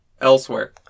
elsewhere